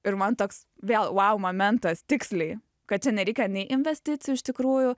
ir man toks vėl vau momentas tiksliai kad čia nereikia nei investicijų iš tikrųjų